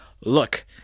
Look